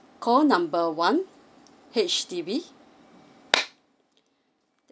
call number one H_D_B